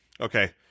Okay